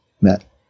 met